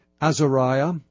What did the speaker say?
Azariah